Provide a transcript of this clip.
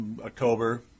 October